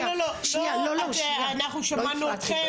אנחנו שמענו אתכם.